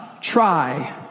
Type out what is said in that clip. try